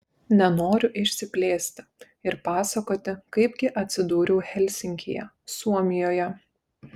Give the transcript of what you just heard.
nenoriu išsiplėsti ir pasakoti kaip gi atsidūriau helsinkyje suomijoje